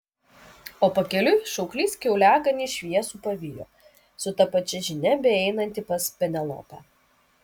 o pakeliui šauklys kiauliaganį šviesų pavijo su ta pačia žinia beeinantį pas penelopę